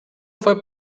fue